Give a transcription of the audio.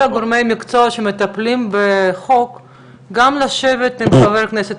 גורמי המקצוע שמטפלים בחוק גם לשבת עם חבר הכנסת,